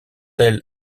elles